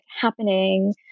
happening